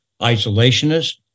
isolationist